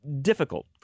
difficult